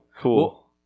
Cool